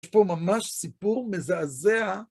יש פה ממש סיפור מזעזע.